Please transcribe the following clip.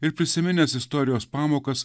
ir prisiminęs istorijos pamokas